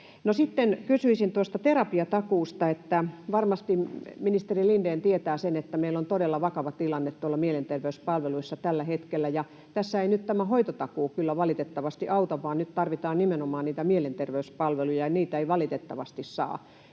sitten kysyisin tuosta terapiatakuusta. Varmasti ministeri Lindén tietää sen, että meillä on todella vakava tilanne tuolla mielenterveyspalveluissa tällä hetkellä. Tässä ei nyt tämä hoitotakuu kyllä valitettavasti auta, vaan nyt tarvitaan nimenomaan niitä mielenterveyspalveluja, ja niitä ei valitettavasti saa.